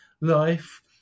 life